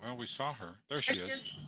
and we saw her. there she is.